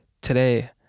today